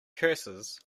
curses